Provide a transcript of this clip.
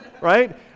Right